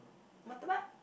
murtabak